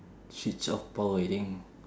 switch off power I think